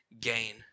gain